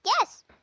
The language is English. Yes